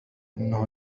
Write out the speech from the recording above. إنه